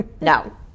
no